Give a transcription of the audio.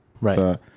Right